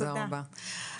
תודה רבה.